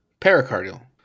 Pericardial